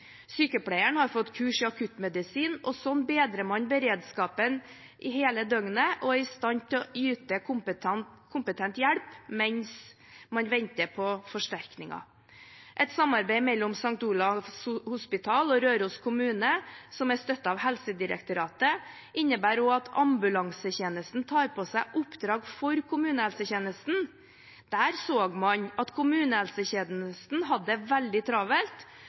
Sykepleieren har fått kurs i akuttmedisin. Slik bedrer man beredskapen hele døgnet og er i stand til å yte kompetent hjelp, mens man venter på forsterkninger. Et samarbeid mellom St. Olavs hospital og Røros kommune, støttet av Helsedirektoratet, innebærer at ambulansetjenesten også tar på seg oppdrag for kommunehelsetjenesten. Der så man at kommunehelsetjenesten hadde det veldig travelt,